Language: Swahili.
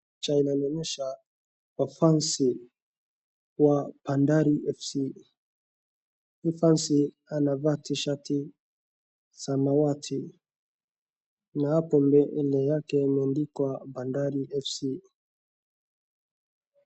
Picha inanionyesha mafans wa Bandari FC . Hii fans anavaa tshirt ya samawati na hapo mbele yake imeandikwa bandari FC .